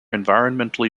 environmentally